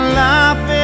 life